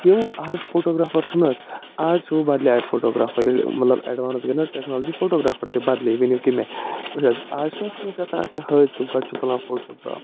یِم وٕ آز فوٹوگرافَر چھِنہٕ حظ آز چھِ وٕ بدلہِ آیہِ فوٹوگرافَر ییٚلہِ مطلب اٮ۪ڈوانَس گٕے نہٕ حظ ٹیکنالجی فوٹوگرافَر تہِ بدلے وٕنیُو کٔمۍ آیہِ وُچھ حظ آز چھِنہٕ حظ کیٚنہہ گژھان کیٚنہہ حٲدِثہٕ گۄڈٕ چھِ تُلان فوٹوگراف